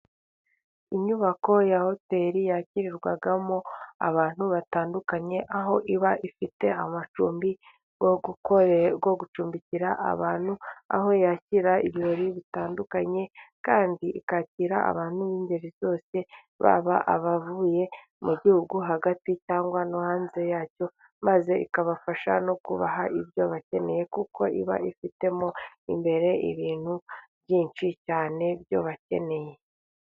Inyubako ya hoteri yakirirwamo abantu batandukanye, aho iba ifite amacumbi yo gucumbikira abantu. Aho yakira ibirori bitandukanye kandi ikakira abantu b'ingeri zose, baba abavuye mu gihugu hagati cyangwa no hanze yacyo, maze ikabafasha no kubaha ibyo bakeneye, kuko iba ifitemo imbere ibintu byinshi cyane byo bakeneye.